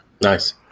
Nice